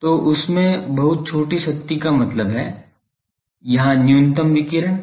तो और इसमें बहुत छोटी शक्ति का मतलब है यहां न्यूनतम विकिरण